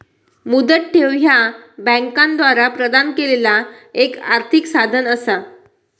मुदत ठेव ह्या बँकांद्वारा प्रदान केलेला एक आर्थिक साधन असा